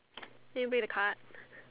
eh where the card